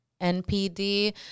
NPD